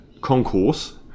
concourse